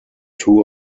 two